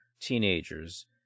teenagers